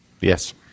Yes